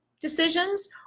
decisions